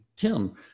Tim